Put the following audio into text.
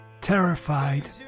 terrified